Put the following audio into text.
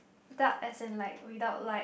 duck as in without like